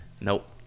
Nope